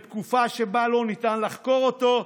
בתקופה שבה לא ניתן לחקור אותו,